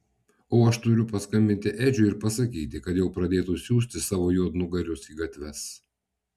o aš turiu paskambinti edžiui ir pasakyti kad jau pradėtų siųsti savo juodnugarius į gatves